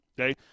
Okay